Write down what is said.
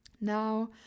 now